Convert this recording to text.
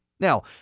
Now